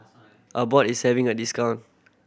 Abbott is having a discount